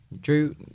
Drew